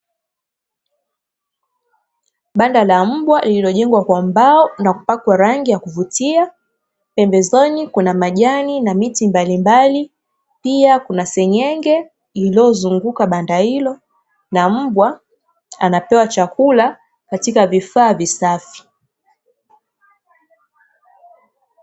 Banda la mbwa lililojengwa kwa mbao na kupakwa rangi ya kuvutia pembezoni kuna majani na miti mbalimbali, pia kuna senyenge iliyozunguka banda hilo na mbwa anapewa chakula katika vifaa visafi.